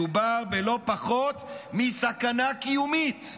מדובר בלא-פחות מסכנה קיומית.